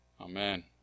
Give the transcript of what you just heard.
Amen